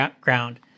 ground